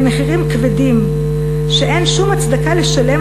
הם מחירים כבדים שאין שום הצדקה לשלמם